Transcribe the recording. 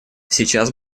сейчас